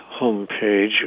homepage